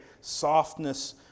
softness